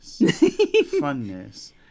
Funness